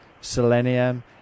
selenium